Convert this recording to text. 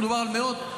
שמדובר על מאות,